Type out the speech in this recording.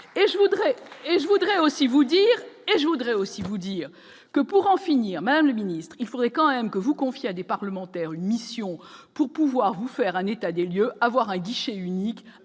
je voudrais aussi vous dire que, pour en finir Madame le ministre, il faudrait quand même que vous confier à des parlementaires une mission pour pouvoir vous faire un état des lieux, avoir un guichet unique,